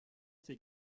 ces